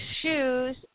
shoes